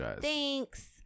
Thanks